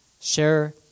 share